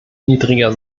niedriger